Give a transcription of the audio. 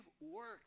work